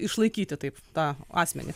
išlaikyti taip tą asmenį